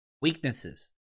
Weaknesses